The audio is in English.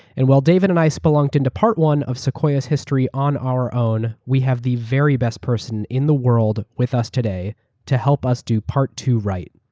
and while david and i spelunk into part one of sequoiaaeurs history on our own, we have the very best person in the world with us today to help us do part two right,